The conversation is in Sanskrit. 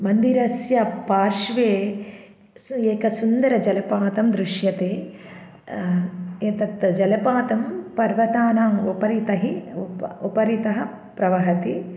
मन्दिरस्य पार्श्वेषु एकं सुन्दरजलपातं दृश्यते एतत् जलपातं पर्वतानाम् उपरितः उप उपरितः प्रवहति